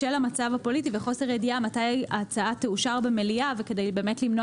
בשל המצב הפוליטי וחוסר ידיעה מתי ההצעה תאושר במליאה וכדי למנוע